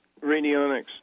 radionics